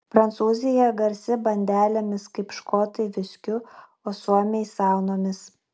prancūzija garsi bandelėmis kaip škotai viskiu o suomiai saunomis